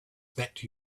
that